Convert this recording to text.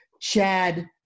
Chad